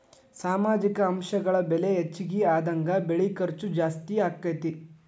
ಸಾಮಾಜಿಕ ಅಂಶಗಳ ಬೆಲೆ ಹೆಚಗಿ ಆದಂಗ ಬೆಳಿ ಖರ್ಚು ಜಾಸ್ತಿ ಅಕ್ಕತಿ